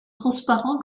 transparent